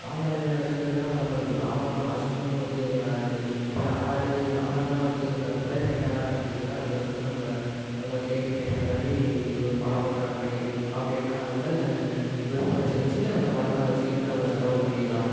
கால்நடைகளை வச்சுக்கிறதுனால நம்மளுக்கு லாபம் தான் நஷ்டன்னு வந்து எதுவும் வராது இது மாதிரி ஆடு ஆடெல்லாம் வச்சுருந்தா கூட கிடா ஆடாக இருந்ததுனால் அது வந்து நம்மள நம்ம தேவைக்கு ஏற்ற மாதிரி ஒரு பணம் பற்றாக்குறை அப்படினா கூட விற்பனை செஞ்சு அந்த பணத்தை வச்சுக்கிட்டு நம்ம செலவு பண்ணிக்கலாம்